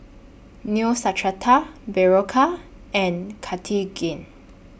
Neostrata Berocca and Cartigain